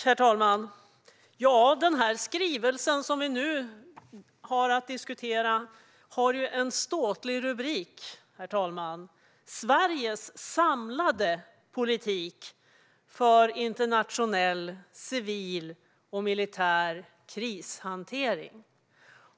Herr talman! Den skrivelse som vi nu har att diskutera har en ståtlig rubrik, Sveriges samlade politik för internationell civil och militär krishantering .